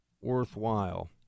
worthwhile